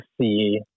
see